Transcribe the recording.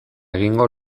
egingo